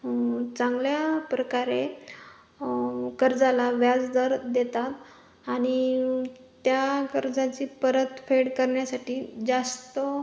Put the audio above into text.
चांगल्या प्रकारे कर्जाला व्याज दर देतात आणि त्या कर्जाची परत फेड करण्यासाठी जास्त